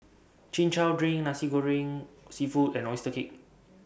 Chin Chow Drink Nasi Goreng Seafood and Oyster Cake